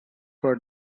for